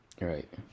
Right